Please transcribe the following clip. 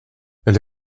elle